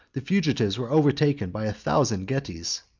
the fugitives were overtaken by a thousand getes,